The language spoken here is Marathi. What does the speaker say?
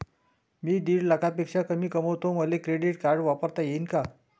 मी दीड लाखापेक्षा कमी कमवतो, मले क्रेडिट कार्ड वापरता येईन का?